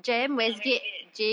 ah westgate